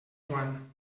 joan